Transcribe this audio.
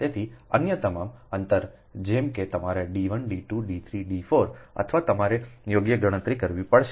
તેથી અન્ય તમામ અંતર જેમ કે તમારા d 1 d 2 d 3 d 4 અથવા તમારે યોગ્ય ગણતરી કરવી પડશે